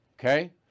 Okay